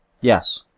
Yes